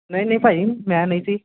ਨਹੀਂ ਨਹੀਂ ਭਾਅ ਜੀ ਮੈਂ ਨਹੀਂ ਸੀ